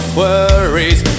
worries